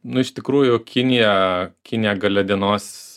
nu iš tikrųjų kinija kinija gale dienos